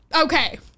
Okay